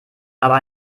aber